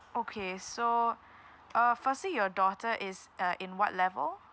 okay so uh firstly your daughter is uh in what level